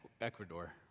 Ecuador